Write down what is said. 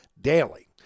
daily